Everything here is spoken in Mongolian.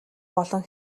болон